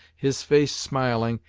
his face smiling,